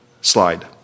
slide